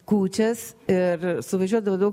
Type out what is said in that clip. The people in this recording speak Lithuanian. kūčias ir suvažiuodavo daug